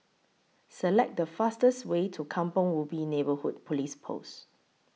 Select The fastest Way to Kampong Ubi Neighbourhood Police Post